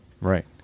Right